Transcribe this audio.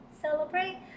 celebrate